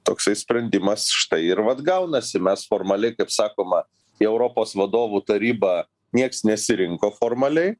toksai sprendimas štai ir vat gaunasi mes formaliai kaip sakoma į europos vadovų tarybą nieks nesirinko formaliai